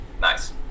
Nice